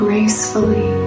Gracefully